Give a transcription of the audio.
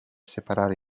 separare